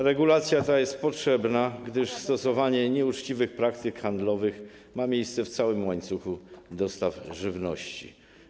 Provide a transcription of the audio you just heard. Regulacja ta jest potrzebna, gdyż stosowanie nieuczciwych praktyk handlowych ma miejsce w całym łańcuchu dostaw żywności.